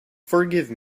forgive